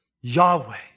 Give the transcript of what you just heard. Yahweh